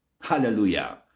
Hallelujah